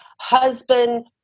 husband